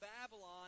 Babylon